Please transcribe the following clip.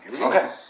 Okay